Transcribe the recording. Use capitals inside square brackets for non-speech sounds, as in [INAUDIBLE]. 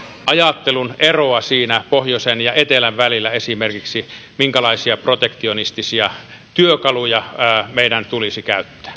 ajattelun eroa siinä esimerkiksi pohjoisen ja etelän välillä minkälaisia protektionistisia työkaluja meidän tulisi käyttää [UNINTELLIGIBLE]